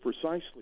precisely